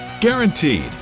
guaranteed